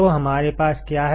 तो हमारे पास क्या है